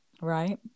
Right